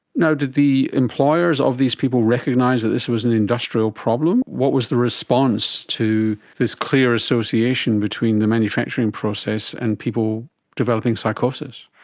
did the employers of these people recognise that this was an industrial problem? what was the response to this clear association between the manufacturing process and people developing psychosis?